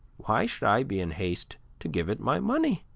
why should i be in haste to give it my money?